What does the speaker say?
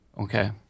okay